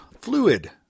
Fluid